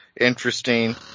interesting